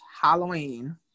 Halloween